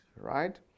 right